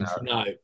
No